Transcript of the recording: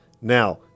Now